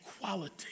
equality